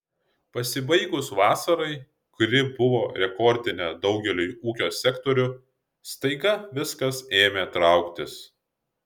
pasibaigus vasarai kuri buvo rekordinė daugeliui ūkio sektorių staiga viskas ėmė trauktis